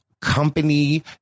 company